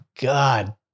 god